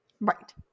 Right